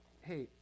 hey